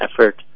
effort